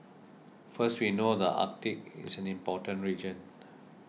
first we know the Arctic is an important region